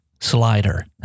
slider